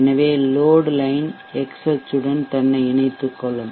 எனவே load line x அச்சுடன் தன்னை இணைத்துக் கொள்ளும்